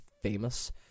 famous